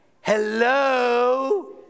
hello